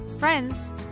Friends